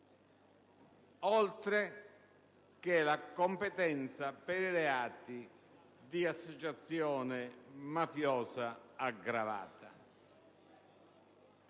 oltre che la competenza per i reati di associazione mafiosa aggravata.